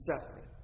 separate